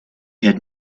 had